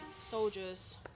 soldiers